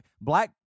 black